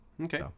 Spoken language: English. Okay